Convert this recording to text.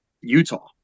Utah